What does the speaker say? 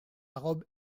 robe